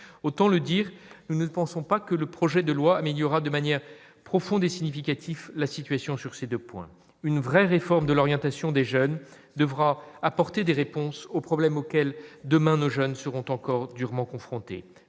autant le dire, nous ne pensons pas que le projet de loi améliorera de manière profonde et significatif, la situation sur ces 2 points, une vraie réforme de l'orientation des jeunes devra apporter des réponses aux problèmes auxquels demain nos jeunes seront encore durement confrontés,